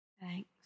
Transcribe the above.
Thanks